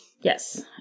Yes